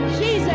Jesus